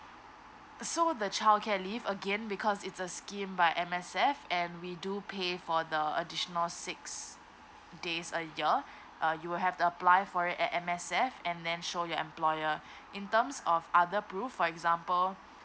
so the childcare leave again because it's a scheme by M_S_F and we do pay for the additional six days a year uh you will have to apply for it at M_S_F and then show your employer in terms of other proof for example